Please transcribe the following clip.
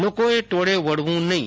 લોકોએ ટોળે વળવું નહીં